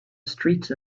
streets